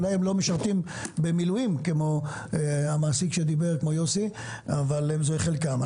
אולי הם לא משרתים במילואים כמו שאמר יוסי אבל זה חלקם.